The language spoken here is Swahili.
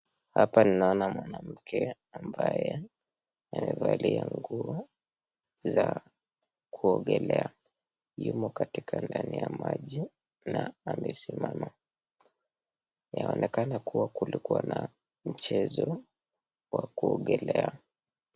Hapa ninaona mwanamke ambaye amevalia nguo za kuogelea yumo katika ndani ya maji na amesimama. Yaonekana kuwa kulikua na mchezo ya kuogelea.